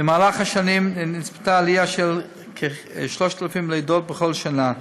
במהלך השנים נצפתה עלייה של כ-3,000 לידות בכל שנה.